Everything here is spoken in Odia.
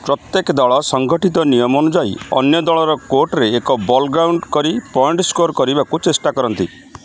ପ୍ରତ୍ୟେକ ଦଳ ସଂଗଠିତ ନିୟମ ଅନୁଯାୟୀ ଅନ୍ୟ ଦଳର କୋର୍ଟରେ ଏକ ବଲ୍ ଗ୍ରାଉଣ୍ଡ୍ କରି ପଏଣ୍ଟ୍ ସ୍କୋର୍ କରିବାକୁ ଚେଷ୍ଟା କରନ୍ତି